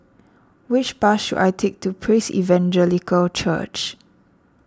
which bus should I take to Praise Evangelical Church